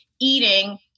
eating